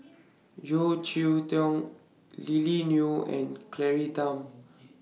Yeo Cheow Tong Lily Neo and Claire Tham